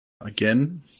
Again